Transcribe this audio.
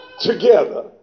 Together